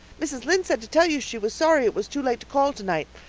mrs. lynde said to tell you she was sorry it was too late to call tonight.